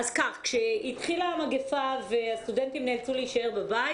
כשהתחילה המגפה והסטודנטים נאלצו להישאר בבית